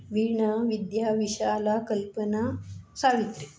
Veena Vidya Vishala Kalpana Savitri